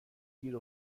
گیر